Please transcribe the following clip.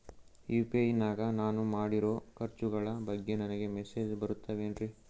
UPI ನಾಗ ನಾನು ಮಾಡಿರೋ ಖರ್ಚುಗಳ ಬಗ್ಗೆ ನನಗೆ ಮೆಸೇಜ್ ಬರುತ್ತಾವೇನ್ರಿ?